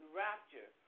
rapture